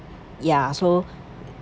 ya so